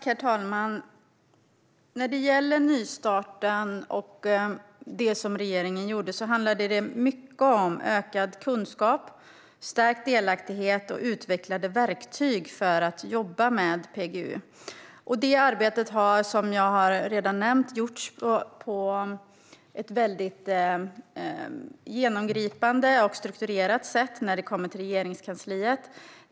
Herr talman! Vad regeringen har gjort i fråga om nystarten handlar mycket om ökad kunskap, stärkt delaktighet och utvecklade verktyg för att jobba med PGU. Det arbetet har, som jag redan har nämnt, gjorts på ett genomgripande och strukturerat sätt i Regeringskansliet.